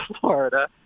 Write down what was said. Florida